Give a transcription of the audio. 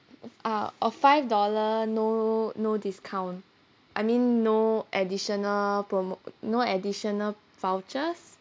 ah oh five dollar no no discount I mean no additional promote no additional vouchers